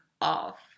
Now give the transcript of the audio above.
off